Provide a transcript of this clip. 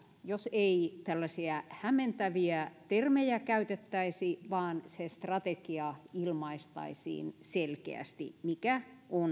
jos ei tällaisia hämmentäviä termejä käytettäisi vaan se strategia ilmaistaisiin selkeästi se mikä on